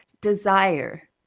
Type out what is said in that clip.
desire